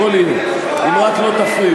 הכול יהיה, אם רק לא תפריעו.